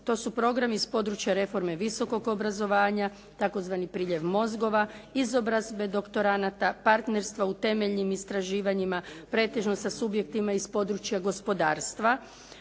To su programi iz područja reforme visokog obrazovanja, tzv. priljev mozgova, izobrazbe doktoranata, partnerstva u temeljnim istraživanjima, pretežno sa subjektima iz područja gospodarstva,